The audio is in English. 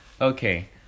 Okay